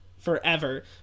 Forever